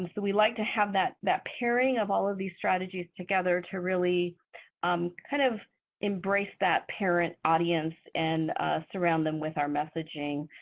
so we like to have that that pairing of all of these strategies together to really um kind of embrace that parent audience and surround them with our messaging.